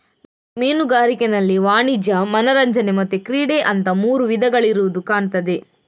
ಮೀನುಗಾರಿಕೆನಲ್ಲಿ ವಾಣಿಜ್ಯ, ಮನರಂಜನೆ ಮತ್ತೆ ಕ್ರೀಡೆ ಅಂತ ಮೂರು ವಿಧಗಳಿರುದು ಕಾಣ್ತದೆ